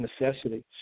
necessity